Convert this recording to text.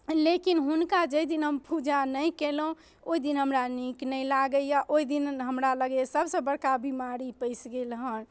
लेकिन हुनका जाहि दिन हम पूजा नहि कयलहुँ ओइ दिन हमरा नीक नहि लागैए ओइ दिन हमरा लगैये सबसँ बड़का बीमारी पैसि गेल हन